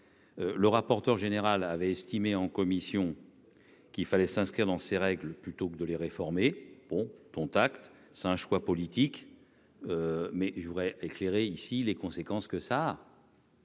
Le rapporteur général avait estimé en commission qu'il fallait s'inscrire dans ces règles, plutôt que de les réformer, bon ton tact, c'est un choix politique, mais je voudrais éclairer ici les conséquences que ça.